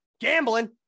gambling